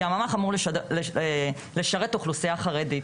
כי הממ"ח אמור לשרת אוכלוסיה חרדית.